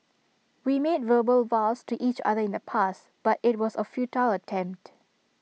we made verbal vows to each other in the past but IT was A futile attempt